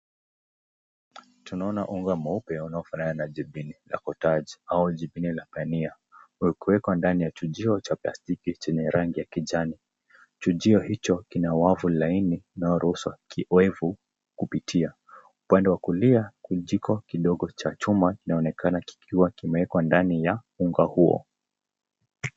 Tunaona unga mweupe unaofanana na jipini la kutaga au jipini la pania huo kuweko ndani ya chujio cha plastiki chenye rangi ya kijani, chujio hicho kina wafu laini nao rusa kirefu kupitia upande wa kulia kuna jiko kidogo cha chuma inaonekana kuwa kimewekwa ndani ya unga huo.